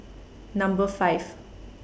Number five